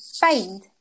find